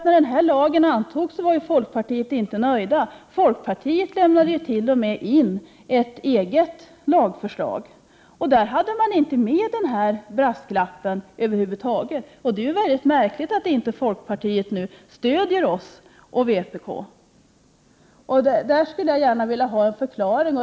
När lagen antogs var man inom folkpartiet inte nöjd. Folkpartiet lämnade t.o.m. ett eget lagförslag. Där hade man inte med denna brasklapp över huvud = Prot. 1988/89:117 taget. Det är mycket märkligt att folkpartiet inte stöder oss och vpk. Här 19 maj 1989 skulle jag gärna vilja få en förklaring.